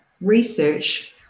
research